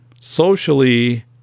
socially